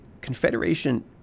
Confederation